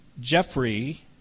Jeffrey